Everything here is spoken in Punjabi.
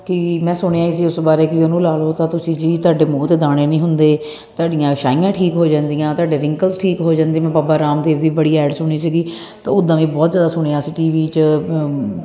ਕੀ ਮੈਂ ਸੁਣਿਆ ਸੀ ਉਸ ਬਾਰੇ ਕਿ ਉਹਨੂੰ ਲਾ ਲੋ ਤਾ ਤੁਸੀਂ ਜੀ ਤੁਹਾਡੇ ਮੂੰਹ ਤੇ ਦਾਣੇ ਨਹੀਂ ਹੁੰਦੇ ਤੁਹਾਡੀਆਂ ਛਾਹੀਆਂ ਠੀਕ ਹੋ ਜਾਂਦੀਆਂ ਤੁਹਾਡੇ ਰਿੰਕਲਸ ਠੀਕ ਹੋ ਜਾਂਦੀ ਬਾਬਾ ਰਾਮਦੇਵ ਦੀ ਬੜੀ ਐਡ ਸੁਣੀ ਸੀਗੀ ਤਾਂ ਉਦਾਂ ਵੀ ਬਹੁਤ ਜਿਆਦਾ ਸੁਣਿਆ ਟੀ ਵੀ 'ਚ